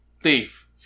thief